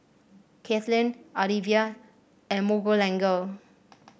Kathlene Alivia and Miguelangel